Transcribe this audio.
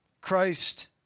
Christ